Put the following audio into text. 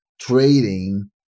trading